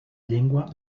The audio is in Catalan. llengua